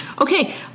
Okay